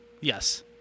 Yes